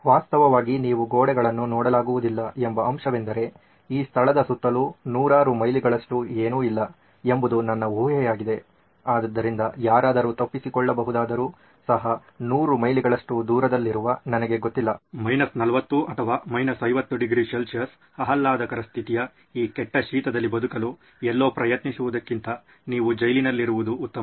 ವಾಸ್ತವವಾಗಿ ನೀವು ಗೋಡೆಗಳನ್ನು ನೋಡಲಾಗುವುದಿಲ್ಲ ಎಂಬ ಅಂಶವೆಂದರೆ ಈ ಸ್ಥಳದ ಸುತ್ತಲೂ ನೂರಾರು ಮೈಲುಗಳಷ್ಟು ಏನೂ ಇಲ್ಲ ಎಂಬುದು ನನ್ನ ಊಹೆಯಾಗಿದೆ ಆದ್ದರಿಂದ ಯಾರಾದರೂ ತಪ್ಪಿಸಿಕೊಳ್ಳಬಹುದಾದರೂ ಸಹ 100 ಮೈಲಿಗಳಷ್ಟು ದೂರದಲ್ಲಿರುವ ನನಗೆ ಗೊತ್ತಿಲ್ಲ 40 50 ° C ಆಹ್ಲಾದಕರ ಸ್ಥಿತಿಯ ಈ ಕೆಟ್ಟ ಶೀತದಲ್ಲಿ ಬದುಕಲು ಎಲ್ಲೋ ಪ್ರಯತ್ನಿಸುತ್ತಿರುವುದಕ್ಕಿಂತ ನೀವು ಜೈಲಿನಲ್ಲಿರುವುದು ಉತ್ತಮ